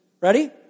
Ready